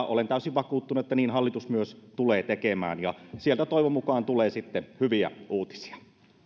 olen täysin vakuuttunut että niin hallitus myös tulee tekemään sieltä toivon mukaan tulee sitten hyviä uutisia